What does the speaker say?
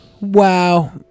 Wow